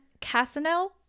casino